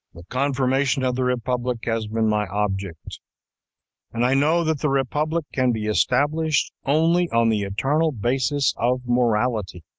the confirmation of the republic has been my object and i know that the republic can be established only on the eternal basis of morality.